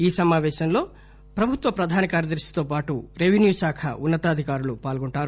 ఈ సమాపేశంలో ప్రభుత్వ ప్రధాన కార్యదర్శితో పాటు రెవెన్యూ ఉన్న తాధికారులు పాల్గొంటారు